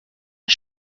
der